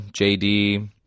JD